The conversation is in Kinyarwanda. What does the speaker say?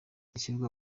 ishyirwa